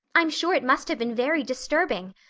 i'm sure it must have been very disturbing.